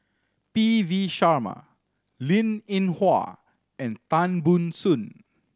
P V Sharma Linn In Hua and Tan Ban Soon